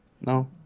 no